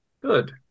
Good